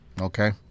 Okay